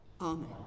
Amen